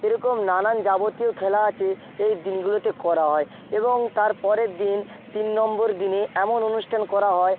এরকম নানান যাবতীয় খেলা আছে এই দিনগুলোতে করা হয় এবং তার পরের দিন তিন নম্বর দিনে এমন অনুষ্ঠান করা হয়